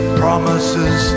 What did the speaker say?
promises